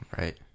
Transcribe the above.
right